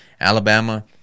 Alabama